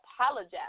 apologize